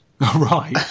right